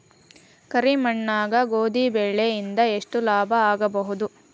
ಕರಿ ಮಣ್ಣಾಗ ಗೋಧಿ ಬೆಳಿ ಇಂದ ಎಷ್ಟ ಲಾಭ ಆಗಬಹುದ?